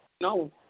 No